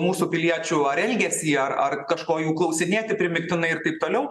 mūsų piliečių ar elgesį ar ar kažko jų klausinėti primygtinai ir taip toliau